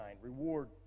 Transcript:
reward